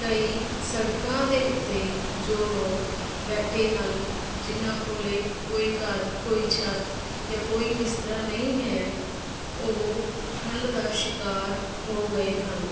ਕਈ ਸੜਕਾਂ ਦੇ ਉੱਤੇ ਜੋ ਲੋਕ ਬੈਠੇ ਹਨ ਜਿਹਨਾਂ ਕੋਲ ਕੋਈ ਘਰ ਕੋਈ ਛੱਤ ਜਾਂ ਕੋਈ ਬਿਸਤਰਾ ਨਹੀਂ ਹੈ ਉਹ ਠੰਡ ਦਾ ਸ਼ਿਕਾਰ ਹੋ ਗਏ ਹਨ